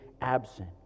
absent